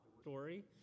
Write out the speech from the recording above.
story